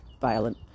violent